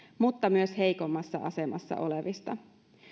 mutta myös heikoimmassa asemassa olevista